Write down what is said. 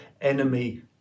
enemy